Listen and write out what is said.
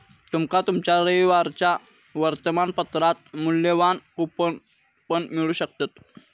तुमका तुमच्या रविवारच्या वर्तमानपत्रात मुल्यवान कूपन पण मिळू शकतत